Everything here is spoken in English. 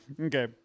Okay